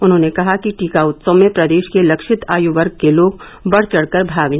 उन्होंने कहा कि टीका उत्सव में प्रदेश के लक्षित आयु वर्ग के लोग बढ़ चढ़ कर भाग ले